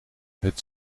het